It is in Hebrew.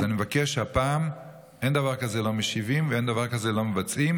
אז אני מבקש שהפעם אין דבר כזה שלא משיבים ואין דבר כזה שלא מבצעים,